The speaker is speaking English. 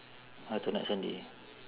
alternate sunday